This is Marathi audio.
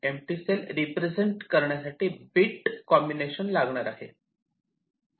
मला एमटी सेल रिप्रेझेंट करण्यासाठी बीट कॉम्बिनेशन लागणार आहे